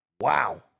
Wow